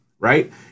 Right